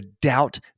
doubt